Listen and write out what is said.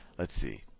let's see.